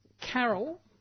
Carol